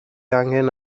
angen